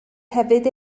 hefyd